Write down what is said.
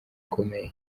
comey